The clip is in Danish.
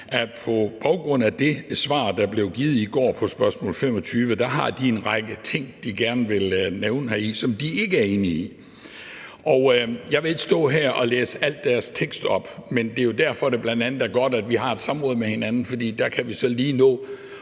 at på baggrund af det svar, der blev givet i går, på spørgsmål 25, har de en række ting, de gerne vil nævne, som de ikke er enige i. Jeg vil ikke stå her og læse hele deres tekst op, men det er jo bl.a. derfor, at det er godt, at vi har et samråd med hinanden, for der kan vi så lige nå